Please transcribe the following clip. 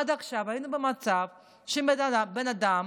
עד עכשיו היינו במצב שבן אדם